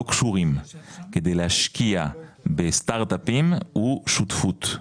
קשורים כדי להשקיע בסטארט אפים הוא שותפות,